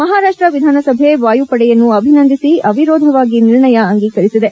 ಮಹಾರಾಷ್ಷ ವಿಧಾನಸಭೆ ವಾಯುಪಡೆಯನ್ನು ಅಭಿನಂದಿಸಿ ಅವಿರೋಧವಾಗಿ ನಿರ್ಣಯ ಅಂಗೀಕರಿಸಿದೆ